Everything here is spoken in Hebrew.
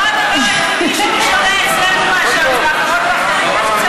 זה לא הדבר היחיד שהוא שונה אצלנו מאשר אצל אחרות ואחרים.